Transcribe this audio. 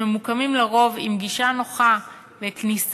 שעל-פי רוב הם עם גישה נוחה וכניסה,